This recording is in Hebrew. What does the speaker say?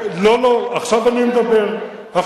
לא, לא, עכשיו אני מדבר, לא ככה.